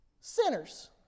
Sinners